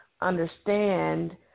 understand